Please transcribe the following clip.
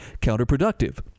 counterproductive